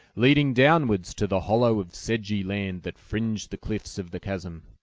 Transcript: leading downwards to the hollow of sedgy land that fringed the cliffs of the chasm.